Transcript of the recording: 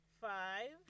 five